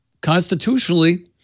constitutionally